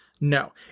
No